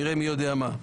נראה מי יודע מה: